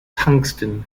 tungsten